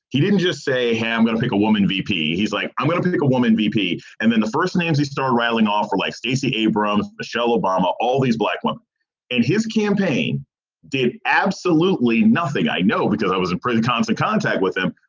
he didn't just say, hey, i'm going to pick a woman vp. he's like, i'm going to pick a woman vp. and then the first names, they start rattling off like stacey abrams, michelle obama, all these black women in his campaign did absolutely nothing. i know because i was in pretty constant contact with them.